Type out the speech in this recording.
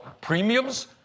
premiums